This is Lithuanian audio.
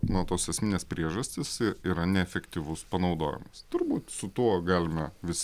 na tos esminės priežastys yra neefektyvus panaudojimas turbūt su tuo galime visi